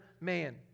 man